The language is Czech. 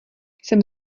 jsem